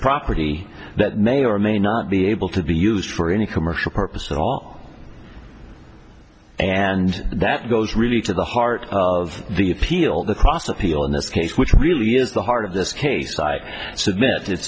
property that may or may not be able to be used for any commercial purposes and that goes really to the heart of the appeal the process people in this case which really is the heart of this case i submit